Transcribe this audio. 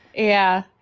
yeah.